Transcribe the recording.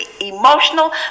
emotional